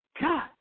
God